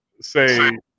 say